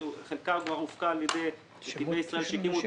שחלקה הופקע כבר על ידי נתיבי ישראל שהקימו את